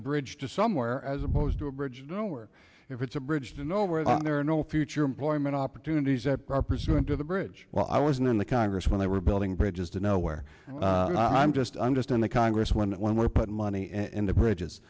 a bridge to somewhere as opposed to a bridge to nowhere if it's a bridge to nowhere there are no future employment opportunities that are pursuant to the bridge while i was in the congress when they were building bridges to nowhere and i'm just i'm just in the congress when it when we're putting money in the bridges